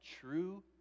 true